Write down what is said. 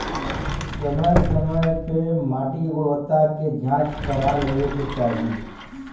समय समय पे माटी के गुणवत्ता के जाँच करवा लेवे के चाही